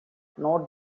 note